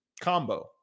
combo